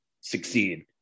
succeed